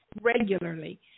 regularly